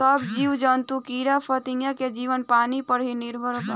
सब जीव जंतु कीड़ा फतिंगा के जीवन पानी पर ही निर्भर बावे